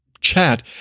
chat